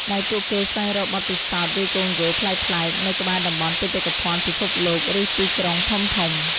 ដែលពួកគេស្វែងរកបទពិសោធន៍វាយកូនហ្គោលប្លែកៗនៅក្បែរតំបន់បេតិកភណ្ឌពិភពលោក ឬទីក្រុងធំៗ។